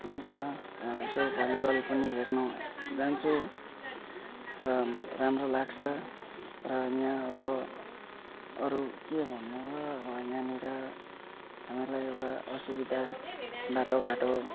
पनि छ यसो भली बल पनि हेर्नु जान्छु र राम्रो लाग्छ र यहाँ अब अरू के भन्नु हो अब यहाँनेर हामीहरूलाई एउटा असुविधा बाटो घाटो